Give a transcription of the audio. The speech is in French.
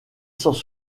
sans